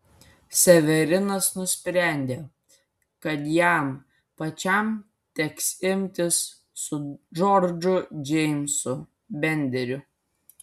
severinas nusprendė kad jam pačiam teks imtis su džordžu džeimsu benderiu